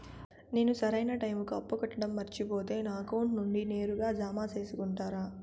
నేను సరైన టైముకి అప్పు కట్టడం మర్చిపోతే నా అకౌంట్ నుండి నేరుగా జామ సేసుకుంటారా?